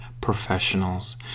professionals